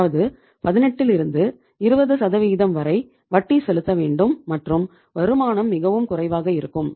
அதாவது 18 லிருந்து 20 சதவிகிதம் வரை வட்டி செலுத்த வேண்டும் மற்றும் வருமானம் மிகவும் குறைவாக இருக்கும்